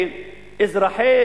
שאזרחי